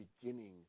beginning